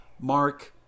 Mark